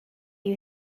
you